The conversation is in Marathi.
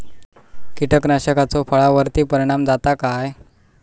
कीटकनाशकाचो फळावर्ती परिणाम जाता काय?